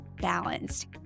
balanced